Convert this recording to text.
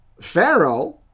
Pharaoh